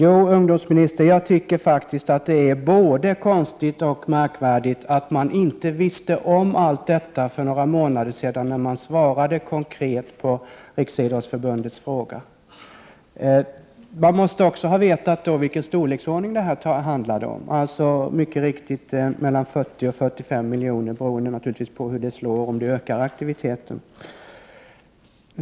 Fru talman! Jo, jag tycker att det är både konstigt och märkvärdigt att regeringen inte visste allt detta för några månader sedan, när man svarade konkret på Riksidrottsförbundets fråga. Man måste också ha vetat vilken storleksordning det handlade om, dvs. mycket riktigt 40—45 miljoner. Den exakta totala höjningen beror naturligtvis också på hur det slår, t.ex. om det ökar antalet aktiviteter.